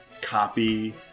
copy